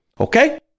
Okay